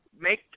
make